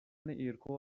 ایرکو